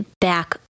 back